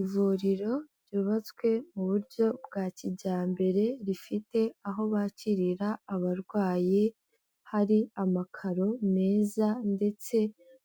Ivuriro ryubatswe mu buryo bwa kijyambere, rifite aho bakirira abarwayi hari amakaro meza ndetse